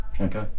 Okay